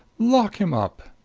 lock him up!